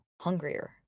hungrier